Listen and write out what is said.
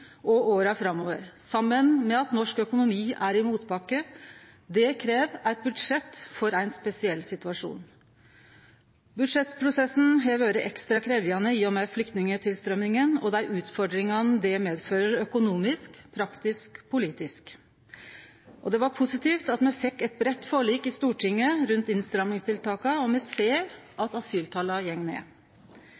og åra framover – saman med at norsk økonomi er i motbakke. Det krev eit budsjett for ein spesiell situasjon. Budsjettprosessen har vore ekstra krevjande i og med flyktningtilstrøyminga og dei utfordringane det medfører økonomisk, praktisk og politisk. Det var positivt at me fekk eit breitt forlik i Stortinget rundt innstrammingstiltaka, og me ser